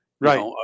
Right